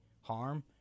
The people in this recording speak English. harm